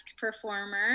performer